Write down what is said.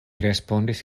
respondis